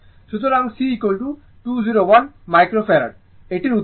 সুতরাং C 201 micro farad এটির উত্তর